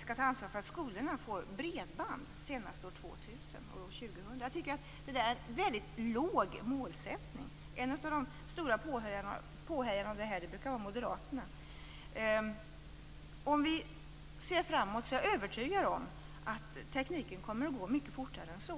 skall ta ansvar för att skolorna får bredband senast år 2000. Det är en väldigt låg målsättning. En av de stora påhejarna av detta brukar vara Moderaterna. Om vi ser framåt är jag övertygad om att utvecklingen av tekniken kommer att gå mycket fortare än så.